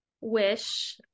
wish